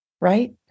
right